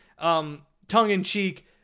tongue-in-cheek